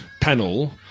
panel